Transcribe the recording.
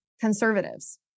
conservatives